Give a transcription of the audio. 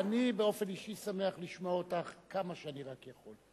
אני באופן אישי שמח לשמוע אותך כמה שאני רק יכול.